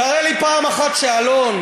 תראה לי פעם אחת שאַלון,